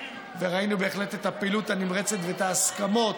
וראינו בהחלט את הפעילות הנמרצת ואת ההסכמות,